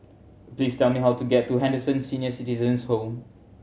please tell me how to get to Henderson Senior Citizens' Home